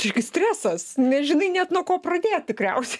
taigi stresas nežinai net nuo ko pradėti tikriausiai